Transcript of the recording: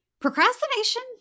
procrastination